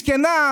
מסכנה,